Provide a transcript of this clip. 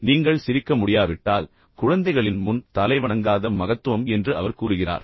எனவே நீங்கள் சிரிக்க முடியாவிட்டால் குழந்தைகளின் முன் தலைவணங்காத மகத்துவம் என்று அவர் கூறுகிறார்